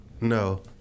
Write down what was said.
no